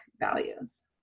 values